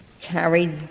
carried